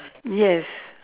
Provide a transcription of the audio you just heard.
yes